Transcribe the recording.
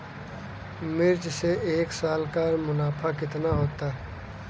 मिर्च से एक साल का मुनाफा कितना होता है?